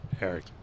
Eric